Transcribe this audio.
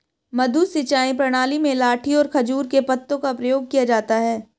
मद्दू सिंचाई प्रणाली में लाठी और खजूर के पत्तों का प्रयोग किया जाता है